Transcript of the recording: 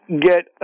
get